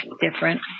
different